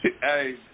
Hey